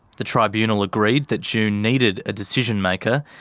the tribunal agreed that june needed a decision-maker,